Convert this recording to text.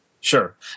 Sure